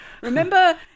remember